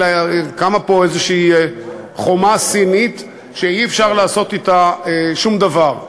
אלא קמה פה איזו חומה סינית שאי-אפשר לעשות אתה שום דבר.